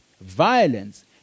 Violence